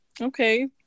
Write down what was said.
okay